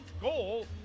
goal